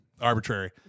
Arbitrary